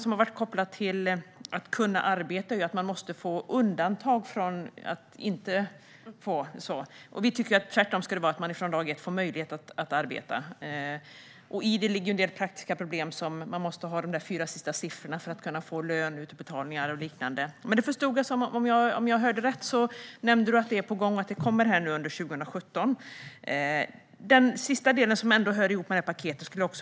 Något som är kopplat till att kunna arbeta är att man måste begära undantag. Vi tycker tvärtom att man redan från dag ett ska ha möjlighet att arbeta. I detta finns en del praktiska problem, till exempel att man måste ha de fyra sista siffrorna för att kunna få löneutbetalningar och liknande. Men om jag förstod Maria Ferm rätt är detta på gång och kommer under 2017. Jag vill även höra något om den sista delen som också hör ihop med detta paket.